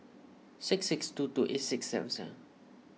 six six two two eight six seven seven